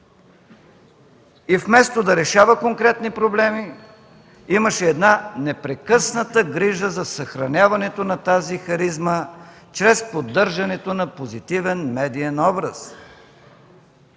и вместо да решава конкретни проблеми, имаше една непрекъсната грижа за съхраняването на тази харизма чрез поддържането на позитивен медиен образ.